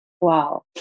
wow